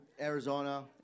Arizona